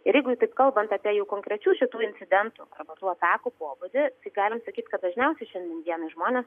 ir jeigu jau taip kalbant apie jau konkrečių šitų incidentų tų atakų pobūdį galim sakyt kad dažniausiai šiandien dienai žmonės